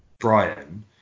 Brian